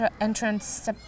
entrance